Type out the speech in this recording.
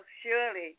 surely